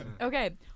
Okay